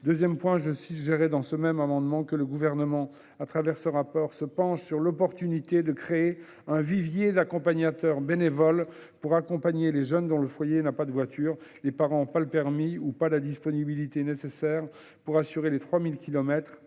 cette procédure. Je suggérais également que le Gouvernement, à l'occasion de ce rapport, se penche sur l'opportunité de créer un vivier d'accompagnateurs bénévoles pour accompagner les jeunes dont le foyer n'a pas de voiture, ou dont les parents n'ont pas le permis ou la disponibilité nécessaire pour effectuer les 3 000 kilomètres